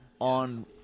on